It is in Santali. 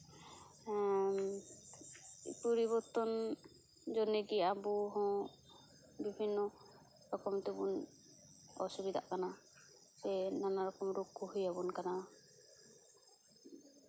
ᱯᱚᱨᱤᱵᱚᱨᱛᱚᱱ ᱡᱚᱱᱱᱮ ᱜᱮ ᱟᱵᱚ ᱦᱚᱸ ᱵᱤᱵᱷᱤᱱᱱᱚ ᱨᱚᱠᱚᱢ ᱛᱮᱵᱚᱱ ᱚᱥᱩᱵᱤᱫᱟᱜ ᱠᱟᱱᱟ ᱥᱮ ᱱᱟᱱᱟ ᱨᱚᱠᱚᱢ ᱨᱳᱜᱽ ᱠᱚ ᱦᱩᱭᱟᱵᱚᱱ ᱠᱟᱱᱟ